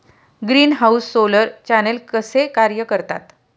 Greenhouse solar channel कसे कार्य करतात?